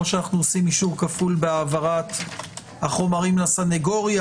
שאנו עושים אישור כפול בהעברת החומרים לסנגוריה.